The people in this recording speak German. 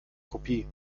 kopie